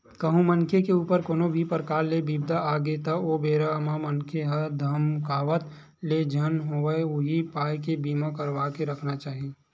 कहूँ मनखे के ऊपर कोनो भी परकार ले बिपदा आगे त ओ बेरा म मनखे ह धकमाकत ले झन होवय उही पाय के बीमा करवा के रखना चाही